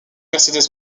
mercedes